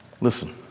Listen